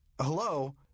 hello